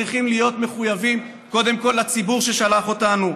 צריכים להיות מחויבים קודם כול לציבור ששלח אותנו,